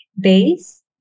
base